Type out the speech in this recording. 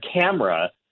camera